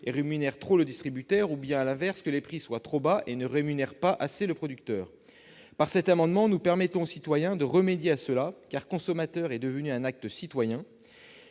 et rémunèrent trop le distributeur, ou, à l'inverse, qu'ils soient trop bas et ne rémunèrent pas assez le producteur. Par cet amendement, nous permettons aux citoyens de remédier à cette situation. En effet, consommer est devenu un acte citoyen